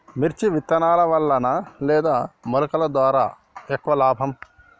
మిర్చి విత్తనాల వలన లేదా మొలకల ద్వారా ఎక్కువ లాభం?